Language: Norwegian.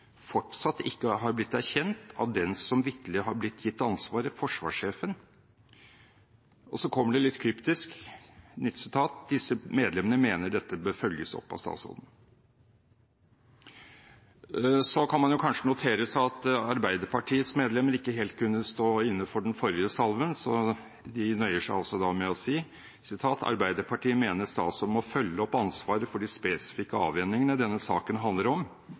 fortsatt ikke har blitt erkjent av den som vitterlig har blitt gitt ansvaret: forsvarssjefen.» Og så kommer det, litt kryptisk: «Disse medlemmer mener dette bør følges opp av statsråden.» Så kan man kanskje notere seg at Arbeiderpartiets medlemmer ikke helt kunne stå inne for den forrige salven, så de nøyer seg med å si: «Arbeiderpartiet mener statsråden må følge opp at ansvaret for de spesifikke avhendingene denne saken handler om